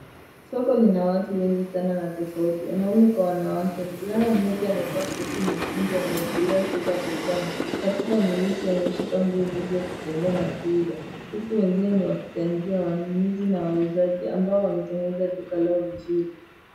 Soko lina watu wengi sana na tofauti. Wanaume kwa wanawake. Mvulana mmoja amevaa kofia nyekundu amewekelea sweta begani, kptura nyeusi .Ameshika nguo nyingi akitembea na kuuza huku wengine ni wapita njia, wanunuzi na wauzaji ambao wametengeneza duka lao vizuri.